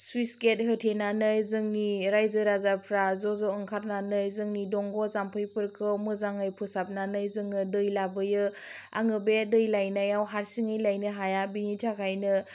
सुइस गेट होथेनानै जोंनि रायजो राजाफ्रा ज' ज' ओंखारनानै जोंनि दंग' जाम्फैफोरखौ मोजाङै फोसाबनानै जोङो दै लाबोयो आङो बे दै लायनायाव हारसिङै लायनो हाया बेनि थाखायनो